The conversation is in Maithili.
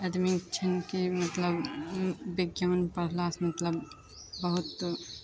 आदमीके छनि कि मतलब बिज्ञान पढ़ला से मतलब बहुत